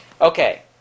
Okay